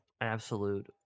Absolute